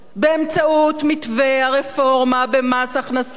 באמצעות מתווה הרפורמה במס הכנסה,